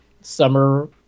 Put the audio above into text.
summer